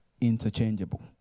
interchangeable